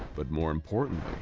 but more importantly,